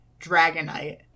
Dragonite